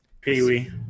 Pee-wee